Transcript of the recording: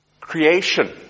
creation